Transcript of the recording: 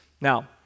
Now